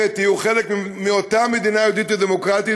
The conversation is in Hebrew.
שיהיו חלק מאותה מדינה יהודית ודמוקרטית,